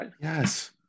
Yes